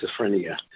schizophrenia